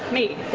me.